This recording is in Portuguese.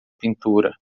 pintura